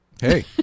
Hey